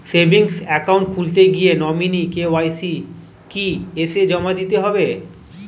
Savings account খুলতে গিয়ে nominee KYC কি এসে জমা দিতে হবে?